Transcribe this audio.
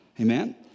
Amen